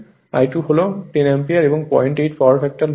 I2 হল 10 ampere এর 08 power factor lagging